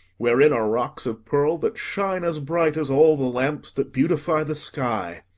wherein are rocks of pearl that shine as bright as all the lamps that beautify the sky!